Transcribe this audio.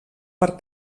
per